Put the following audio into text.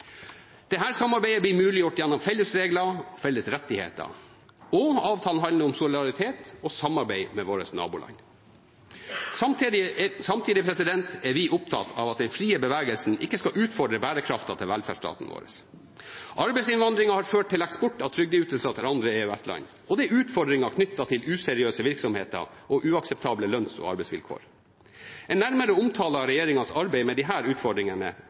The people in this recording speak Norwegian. samarbeidet blir muliggjort gjennom felles regler og rettigheter. Og avtalen handler om solidaritet og samarbeid med våre naboland. Samtidig er vi opptatt av at den frie bevegelsen ikke skal utfordre bærekraften til velferdsstaten vår. Arbeidsinnvandringen har ført til eksport av trygdeytelser til andre EØS-land, og det er utfordringer knyttet til useriøse virksomheter og uakseptable lønns- og arbeidsvilkår. En nærmere omtale av regjeringens arbeid med disse utfordringene